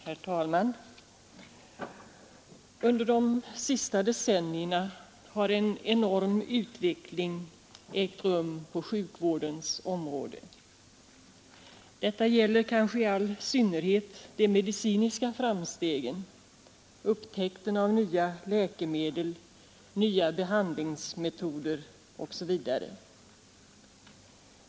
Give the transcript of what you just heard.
Herr talman! Under de senaste decennierna har en enorm utveckling ägt rum på sjukvårdens område. Detta gäller kanske i all synnerhet de medicinska framstegen, upptäckten av nya läkemedel, nya behandlingsmetoder osv.